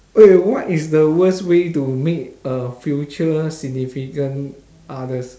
!oi! what is the worst way to meet a future significant others